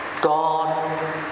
God